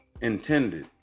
intended